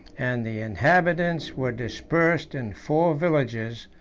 and the inhabitants were dispersed in four villages,